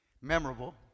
Memorable